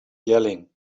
yelling